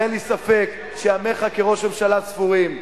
ואין לי ספק שימיך כראש ממשלה ספורים.